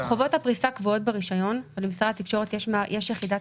חובות הפריסה קבועות ברישיון ולמשרד התקשורת יש יחידת